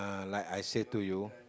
like I said to you